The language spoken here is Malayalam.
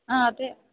ആ അതെ